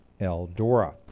Eldora